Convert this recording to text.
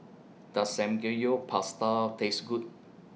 Does Samgeyopsal Taste Good